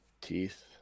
teeth